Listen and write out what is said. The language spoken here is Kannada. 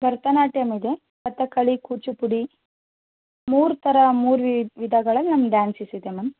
ಭರತನಾಟ್ಯಂ ಇದೆ ಕಥಕ್ಕಳಿ ಕೂಚಿಪುಡಿ ಮೂರು ಥರ ಮೂರು ವಿ ವಿಧಗಳಲ್ಲಿ ನಮ್ಮ ಡ್ಯಾನ್ಸಸ್ ಇದೆ ಮ್ಯಾಮ್